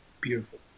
Beautiful